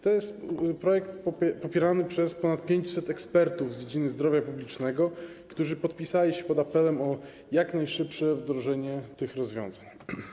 To jest projekt popierany przez ponad 500 ekspertów z dziedziny zdrowia publicznego, którzy podpisali się pod apelem o jak najszybsze wdrożenie tych rozwiązań.